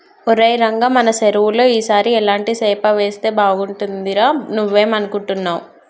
ఒరై రంగ మన సెరువులో ఈ సారి ఎలాంటి సేప వేస్తే బాగుంటుందిరా నువ్వేం అనుకుంటున్నావ్